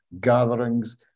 gatherings